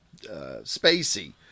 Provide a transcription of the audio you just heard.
Spacey